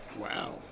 Wow